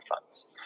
funds